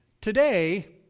Today